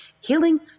Healing